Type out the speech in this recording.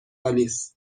آلیس